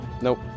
nope